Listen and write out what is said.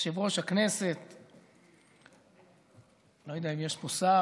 יושב-ראש הכנסת, אני לא יודע אם יש פה שר,